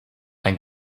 ein